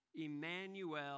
Emmanuel